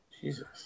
Jesus